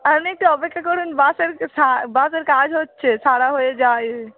আপনি একটু অপেক্ষা করুন বাসের সা বাসের কাজ হচ্ছে সারা হয়ে যায়